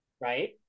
right